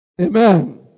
Amen